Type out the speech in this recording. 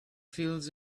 fields